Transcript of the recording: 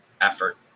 effort